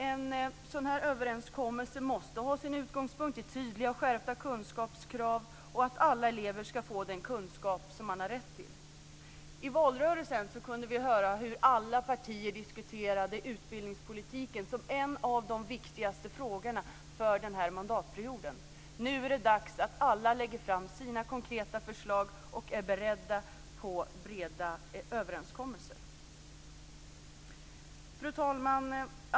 En sådan överenskommelse måste ha sin utgångspunkt i tydliga och skärpta kunskapskrav och i att alla elever skall få den kunskap som de har rätt till. I valrörelsen kunde vi höra hur alla partier diskuterade utbildningspolitiken som en av de viktigaste frågorna för den här mandatperioden. Nu är det dags att alla lägger fram sina konkreta förslag och är beredda på breda överenskommelser. Fru talman!